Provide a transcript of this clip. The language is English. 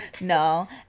no